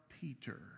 Peter